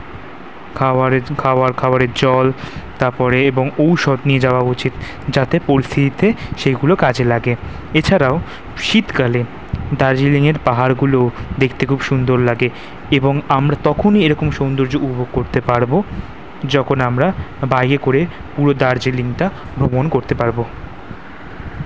খাওয়ারের খাওয়ার খাওয়ারের জল তারপরে এবং ঔষধ নিয়ে যাওয়া উচিৎ যাতে পরিস্থিতিতে সেগুলো কাজে লাগে এছাড়াও শীতকালে দার্জিলিংয়ের পাহাড়গুলোও দেখতে খুব সুন্দর লাগে এবং আমরা তখনই এরকম সৌন্দর্য উপভোগ করতে পারব যখন আমরা বাইকে করে পুরো দার্জিলিংটা ভ্রমণ করতে পারব